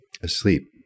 asleep